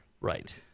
Right